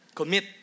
commit